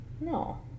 No